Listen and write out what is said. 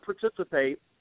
participate